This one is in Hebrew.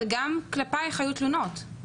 אבל גם כלפייך היו תלונות.